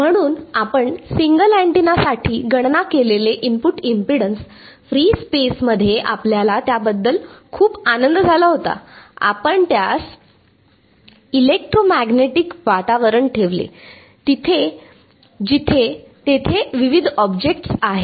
म्हणून आपण सिंगल अँटिनासाठी गणना केलेले इनपुट इम्पेडन्स फ्री स्पेस मध्ये आपल्याला त्याबद्दल खूप आनंद झाला होता आपण त्यास इलेक्ट्रोमॅग्नेटिक् वातावरणात ठेवले जिथे तेथे विविध ऑब्जेक्ट्स आहेत